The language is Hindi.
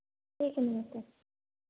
ठीक है